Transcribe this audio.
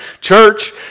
Church